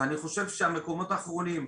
ואני חושב שהמקומות האחרונים,